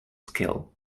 skill